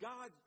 God